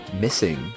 missing